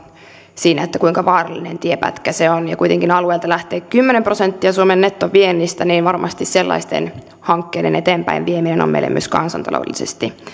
siinä kuinka vaarallinen tienpätkä se on ja kuitenkin alueelta lähtee kymmenen prosenttia suomen nettoviennistä joten varmasti sellaisten hankkeiden eteenpäinvieminen on meille myös kansantaloudellisesti